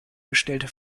gestellte